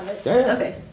Okay